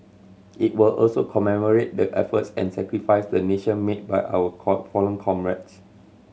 it will also commemorate the efforts and sacrifice the nation made by our call fallen comrades